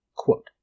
Quote